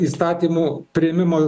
įstatymų priėmimo